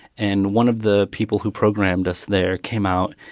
and one of the people who programmed us there came out,